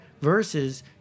versus